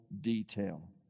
detail